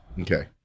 Okay